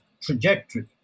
trajectory